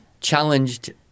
challenged